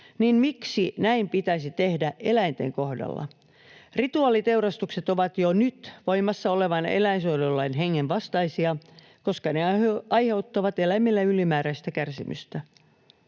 Miksi näin pitäisi tehdä eläinten kohdalla? Rituaaliteurastukset ovat jo nyt voimassa olevan eläinsuojelulain hengen vastaisia, koska ne aiheuttavat eläimille ylimääräistä kärsimystä.